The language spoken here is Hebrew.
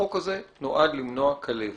החוק הזה נועד למנוע כלבת